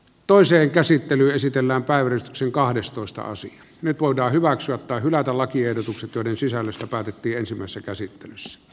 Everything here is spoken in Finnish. toisen käsittely esitellään päivystyksen kahdestoista osa nyt voidaan hyväksyä tai hylätä lakiehdotukset joiden sisällöstä päätettiin samassa käsittelyssä